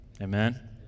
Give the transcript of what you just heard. Amen